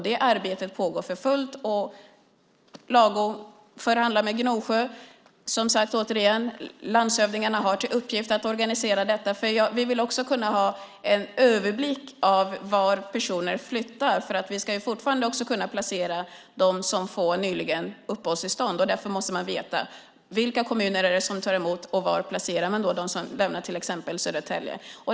Det arbetet pågår för fullt, och Lago förhandlar med Gnosjö. Landshövdingarna har, som sagt, till uppgift att organisera detta. Vi vill nämligen också kunna ha en överblick över vart personer flyttar. Vi ska ju fortfarande också kunna placera dem som nyligen fått uppehållstillstånd. Därför måste man veta vilka kommuner som tar emot och var man placerar dem som lämnar till exempel Södertälje.